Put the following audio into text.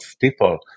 people